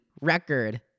record